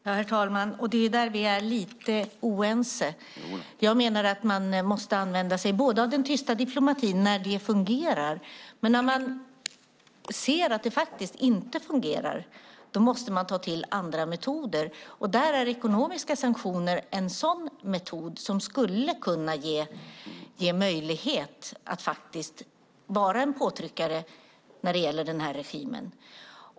Herr talman! Det är där vi är lite oense. Jag menar att man måste använda sig av den tysta diplomatin när det fungerar, men när man ser att det faktiskt inte fungerar måste man ta till andra metoder. Där är ekonomiska sanktioner en sådan metod som skulle kunna ge möjlighet att faktiskt vara en påtryckare när det gäller den här regimen.